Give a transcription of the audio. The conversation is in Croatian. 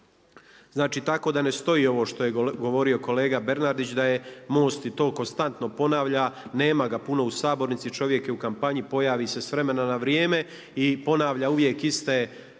Znači tako da ne stoji ovo što je govorio kolega Bernardić da je MOST i to konstantno ponavlja, nema ga puno u sabornici, čovjek je u kampanji pojavi se s vremena na vrijeme i ponavlja uvijek iste